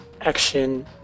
action